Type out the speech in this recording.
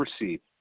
received